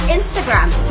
Instagram